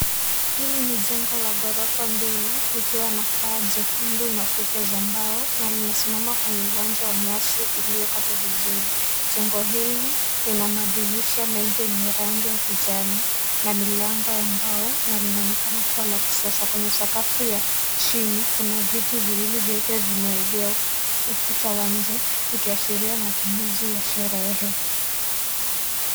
Hili ni jengo la ghorofa mbili likiwa na paa jekundu na kuta za mbao. Na linasimama kwenye uwanja wa nyasi uliokata vizuri. jJengo hili lina madirisha mengi yenye rangi ya kijani na milango ya mbao na linaonekana kuwa la kisasa. Kwenye sakafu ya chini kuna vitu viwili vyeupa vimegea ukuta wa nje, vikiashiria matumizi ya sherehe.